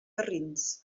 garrins